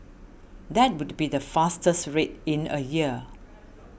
that would be the fastest rate in a year